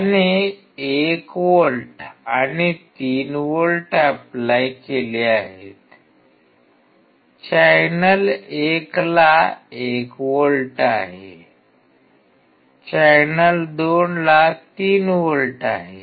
त्याने 1 व्होल्ट आणि 3 volt apply केले आहेत चॅनेल 1 ला 1 व्होल्ट आहे चॅनेल 2 ला 3 व्होल्ट आहे